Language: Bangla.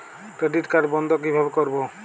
ক্রেডিট কার্ড বন্ধ কিভাবে করবো?